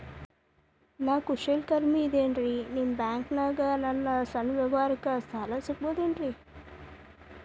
ನಾ ಕುಶಲಕರ್ಮಿ ಇದ್ದೇನ್ರಿ ನಿಮ್ಮ ಬ್ಯಾಂಕ್ ದಾಗ ನನ್ನ ಸಣ್ಣ ವ್ಯವಹಾರಕ್ಕ ಸಾಲ ಸಿಗಬಹುದೇನ್ರಿ?